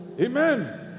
Amen